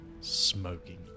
smoking